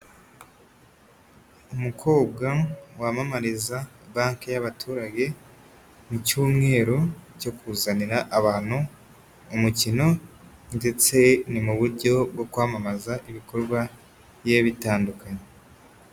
Umukobwa wamamariza banki y'abaturage mu cyumweru cyo kuzanira abantu umukino ndetse ni muryo bwo kwamamaza ibikorwa bigiye bitandukanye.